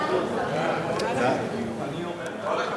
סעיפים 1 2